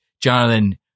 Jonathan